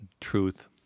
Truth